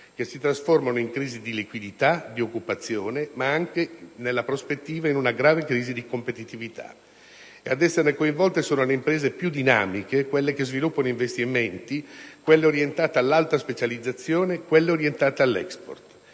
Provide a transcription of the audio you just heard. che si trasformano in crisi di liquidità, di occupazione e, in prospettiva, in una grave crisi di competitività. Ad esserne coinvolte sono le imprese più dinamiche, che sviluppano investimenti e sono orientate all'alta specializzazione e all'*export*.